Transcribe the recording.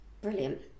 brilliant